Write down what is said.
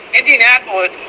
Indianapolis